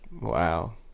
Wow